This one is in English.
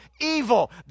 evil